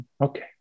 Okay